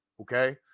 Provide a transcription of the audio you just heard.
Okay